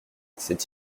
c’est